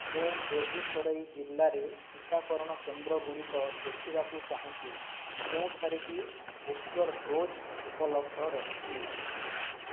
ମୁଁ ବେଗୁସରାଇ ଜିଲ୍ଲାରେ ଟିକାକରଣ କେନ୍ଦ୍ର ଗୁଡ଼ିକ ଦେଖିବାକୁ ଚାହୁଁଛି ଯେଉଁଠାରେ କି ବୁଷ୍ଟର୍ ଡୋଜ୍ ଉପଲବ୍ଧ ରହିଛି